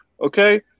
okay